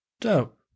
Dope